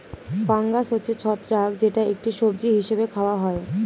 fungus হচ্ছে ছত্রাক যেটা একটি সবজি হিসেবে খাওয়া হয়